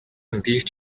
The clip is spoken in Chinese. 降低